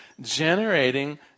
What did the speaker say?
generating